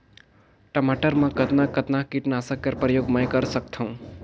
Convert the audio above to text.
टमाटर म कतना कतना कीटनाशक कर प्रयोग मै कर सकथव?